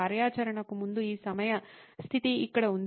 కార్యాచరణకు ముందు ఈ సమయ స్థితి ఇక్కడ ఉంది